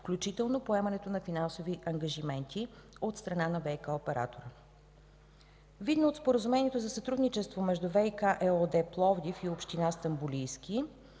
включително поемането на финансови ангажименти от страна на ВиК оператора. Видно от споразумението за сътрудничество между „ВиК” ЕООД Пловдив и община Стамболийски,